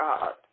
God